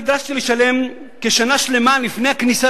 נדרשתי לשלם כשנה שלמה לפני הכניסה